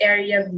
Area